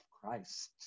Christ